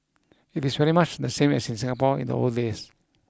it is very much the same as in Singapore in the old days